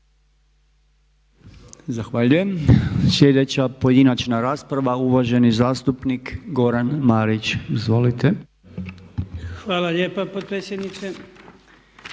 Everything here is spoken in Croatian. Hvala lijepo potpredsjedniče